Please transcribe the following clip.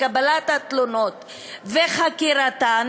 קבלת התלונות וחקירתן,